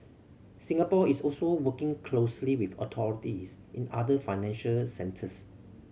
Singapore is also working closely with authorities in other financial centres